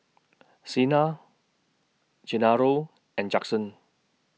Chyna Genaro and Judson